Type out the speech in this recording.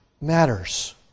matters